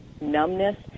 numbness